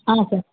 ಹಾಂ ಸರ್